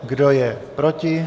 Kdo je proti?